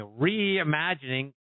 reimagining